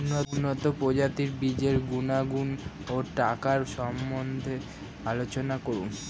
উন্নত প্রজাতির বীজের গুণাগুণ ও টাকার সম্বন্ধে আলোচনা করুন